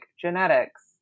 genetics